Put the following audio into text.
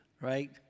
right